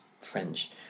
French